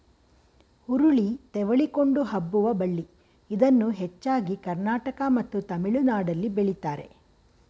ಹುರುಳಿ ತೆವಳಿಕೊಂಡು ಹಬ್ಬುವ ಬಳ್ಳಿ ಇದನ್ನು ಹೆಚ್ಚಾಗಿ ಕರ್ನಾಟಕ ಮತ್ತು ತಮಿಳುನಾಡಲ್ಲಿ ಬೆಳಿತಾರೆ